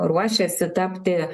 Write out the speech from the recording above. ruošiasi tapti